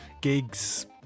gigs